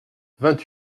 vingt